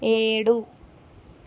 ఏడు